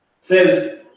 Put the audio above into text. says